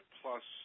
plus